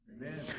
Amen